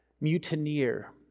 mutineer